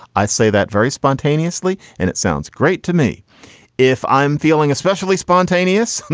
i say that very spontaneously. and it sounds great to me if i'm feeling especially spontaneous,